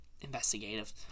investigative